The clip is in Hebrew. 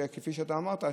שכפי שאתה אמרת,